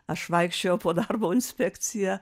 aš vaikščiojau po darbo inspekciją